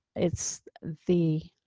it's the